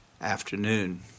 afternoon